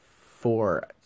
four